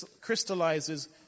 crystallizes